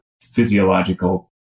physiological